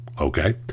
Okay